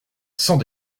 sans